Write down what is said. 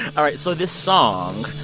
all right. so this song.